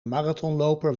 marathonloper